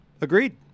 Agreed